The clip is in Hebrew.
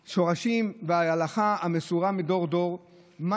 על השורשים ועל ההלכה המסורה מדור לדור לגבי